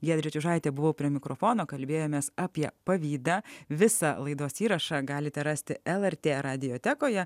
giedrė čiužaitė buvo prie mikrofono kalbėjomės apie pavydą visą laidos įrašą galite rasti lrt radiotekoje